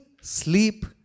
sleep